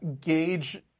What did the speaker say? gauge